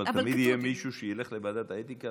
אבל תמיד יהיה מישהו שילך לוועדת האתיקה